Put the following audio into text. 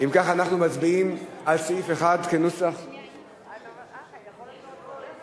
מצביעים על סעיף 1 כנוסח שנייה, הנה השר.